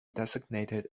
designated